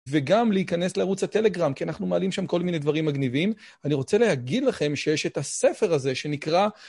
וגם להיכנס לערוץ הטלגראם, כי אנחנו מעלים שם כל מיני דברים מגניבים. אני רוצה להגיד לכם שיש את הספר הזה שנקרא...